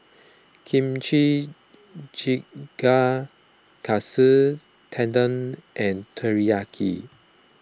Kimchi Jjigae Katsu Tendon and Teriyaki